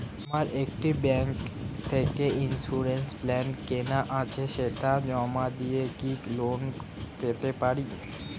আমার একটি ব্যাংক থেকে ইন্সুরেন্স প্ল্যান কেনা আছে সেটা জমা দিয়ে কি লোন পেতে পারি?